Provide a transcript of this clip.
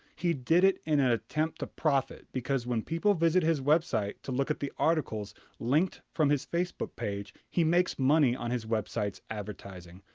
he did it in an attempt to profit, because when people visit his website to look at the articles linked from his facebook page, he makes money on his website's advertising.